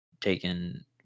taken